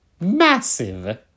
massive